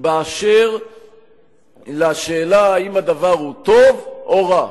באשר לשאלה האם הדבר טוב או רע.